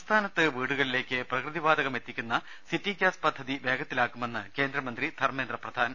സംസ്ഥാനത്ത് വീടുകളിലേക്ക് പ്രകൃതി വാതകം എത്തിക്കുന്ന സിറ്റി ഗ്യാസ് പദ്ധതി വേഗത്തിലാക്കുമെന്ന് കേന്ദ്ര മന്ത്രി ധർമേന്ദ്ര പ്രധാൻ